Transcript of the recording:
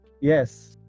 Yes